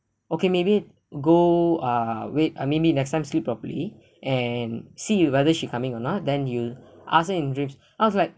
okay maybe go ah wait ah maybe next time sleep properly and see you whether she coming or not then you ask her in dream I was like